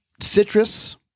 Citrus